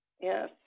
yes